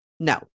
No